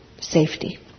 safety